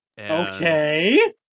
Okay